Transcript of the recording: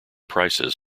prices